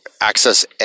access